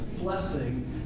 Blessing